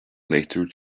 later